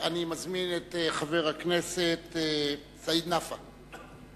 אני מזמין את חבר הכנסת סעיד נפאע.